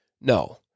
No